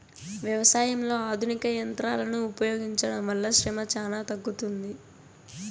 వ్యవసాయంలో ఆధునిక యంత్రాలను ఉపయోగించడం వల్ల శ్రమ చానా తగ్గుతుంది